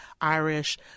Irish